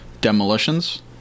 demolitions